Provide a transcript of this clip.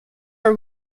are